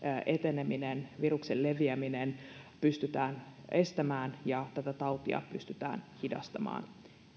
eteneminen viruksen leviäminen pystytään estämään ja tätä tautia pystytään hidastamaan